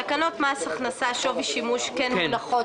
תקנות מס הכנסה (שווי השימוש ברכב) כן מונחות